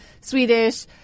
Swedish